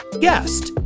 guest